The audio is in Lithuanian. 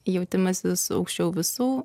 jautimasis aukščiau visų